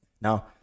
Now